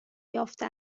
یافته